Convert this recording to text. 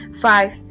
five